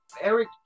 Eric